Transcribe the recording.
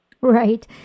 Right